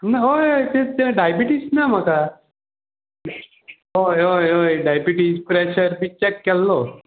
हय हय तें डायबिटीज ना म्हाका हय हय हय डायबिटीज प्रॅशर ते चॅक केल्लो